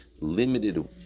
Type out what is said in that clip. limited